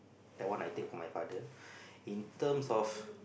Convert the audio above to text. that one I take from my father in terms of